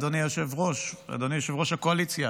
אדוני היושב-ראש,